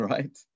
Right